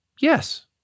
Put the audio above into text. Yes